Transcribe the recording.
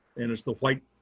and it's the white